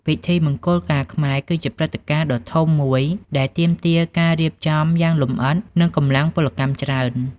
ពិធីមង្គលការខ្មែរ គឺជាព្រឹត្តិការណ៍ដ៏ធំមួយដែលទាមទារការរៀបចំយ៉ាងលម្អិត និងកម្លាំងពលកម្មច្រើន។